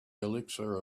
elixir